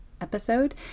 episode